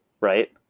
Right